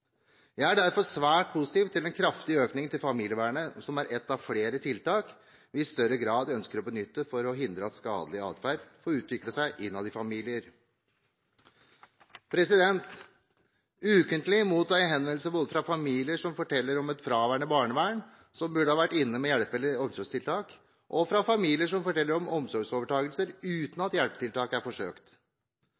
Jeg er derfor svært positiv til den kraftige økningen til familievernet, som er ett av flere tiltak vi i større grad ønsker å benytte for å hindre at skadelig atferd får utvikle seg innad i familier. Ukentlig mottar jeg henvendelser, både fra familier som forteller om et fraværende barnevern som burde ha vært inne med hjelpe- eller omsorgstiltak, og fra familier som forteller om omsorgsovertakelser uten